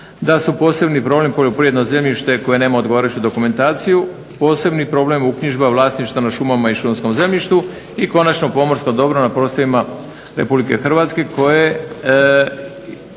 da su posebni problem poljoprivredno zemljište koje nema odgovarajuću dokumentaciju, posebni problem uknjižba vlasništva nad šumama i šumarskom zemljištu i konačno pomorsko dobro na prostorima RH koje